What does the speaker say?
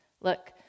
Look